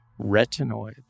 Retinoids